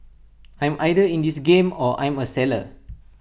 I'm either in this game or I'm A seller